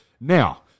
now